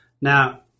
Now